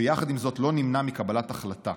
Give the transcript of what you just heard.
ויחד עם זאת לא נמנע מקבלת החלטה,